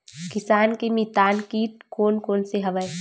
किसान के मितान कीट कोन कोन से हवय?